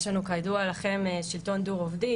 יש לנו כידוע לכם שלטון דו-רובדי.